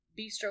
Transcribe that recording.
bistro